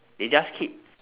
they just keep